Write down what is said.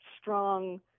strong